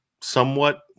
somewhat